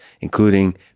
including